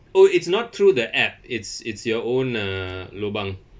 oh it's not through the app it's it's your own uh lobang